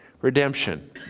redemption